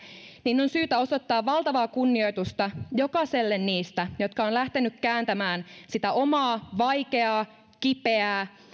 niin on syytä osoittaa valtavaa kunnioitusta jokaiselle niistä jotka ovat lähteneet kääntämään sitä omaa vaikeaa kipeää